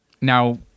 Now